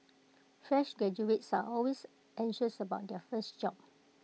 fresh graduates are always anxious about their first job